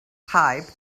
pipe